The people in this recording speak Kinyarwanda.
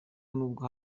nubwo